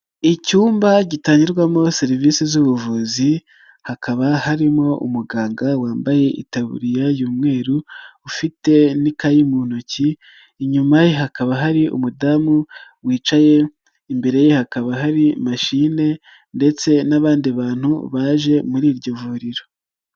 Icyumba gitangirwamo serivisi z'ubuvuzi, hakaba harimo umuganga wambaye itaburiya y'umweruru ufite n'ikayi mu ntoki, inyuma hakaba hari umudamu wicaye, imbere ye hakaba hari mashine ndetse n'abandi bantu baje muri iryo vuriro.